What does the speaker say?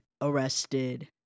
arrested